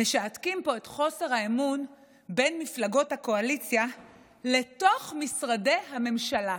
משעתקים פה את חוסר האמון בין מפלגות הקואליציה לתוך משרדי הממשלה: